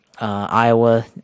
Iowa